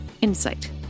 insight